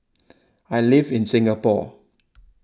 I live in Singapore